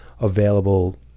available